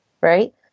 right